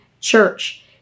church